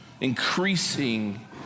increasing